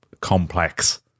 complex